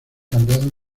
cambiado